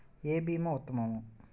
ఏ భీమా ఉత్తమము?